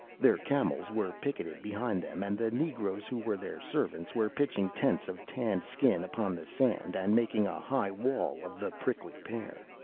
their camels were picketed behind them, and the negroes who were their servants were pitching tents of tanned skin upon the sand, and making a high wall of the prickly pear.